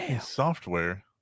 software